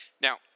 Now